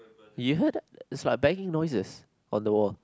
you heard that it's like banging noises on the wall